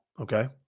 Okay